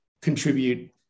contribute